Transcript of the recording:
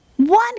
One